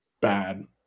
Bad